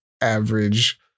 average